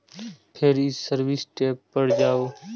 फेर ई service tab पर जाउ